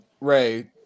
Ray